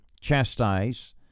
chastise